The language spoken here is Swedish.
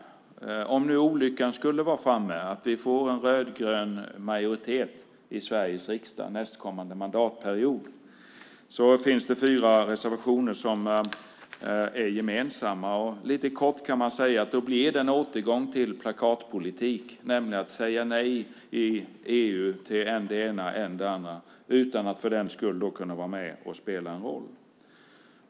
Låt oss tänka oss att olyckan skulle vara framme, att vi får en rödgrön majoritet i Sveriges riksdag nästkommande mandatperiod! Det finns fyra reservationer som är gemensamma. Lite kort kan man säga att det då blir en återgång till plakatpolitik. Man kommer nämligen att säga nej i EU till än det ena, än det andra utan att kunna vara med och spela en roll.